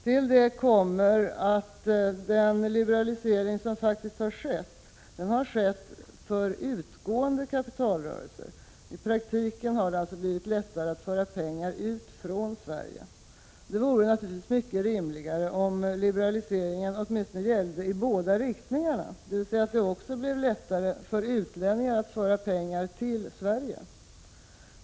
Till detta kommer att den liberalisering som faktiskt har skett har skett för utgående kapitalrörelser. I praktiken har det alltså blivit lättare att föra ut pengar från Sverige. Det vore naturligtvis mycket rimligare om liberaliseringen åtminstone gällde i båda riktningarna, dvs. att det också blev lättare för utlänningar att föra pengar till Sverige.